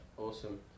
Awesome